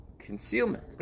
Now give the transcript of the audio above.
concealment